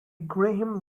graham